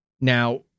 Now